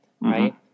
Right